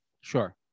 sure